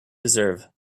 deserve